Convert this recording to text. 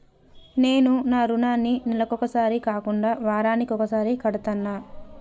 నేను నా రుణాన్ని నెలకొకసారి కాకుండా వారానికోసారి కడ్తన్నా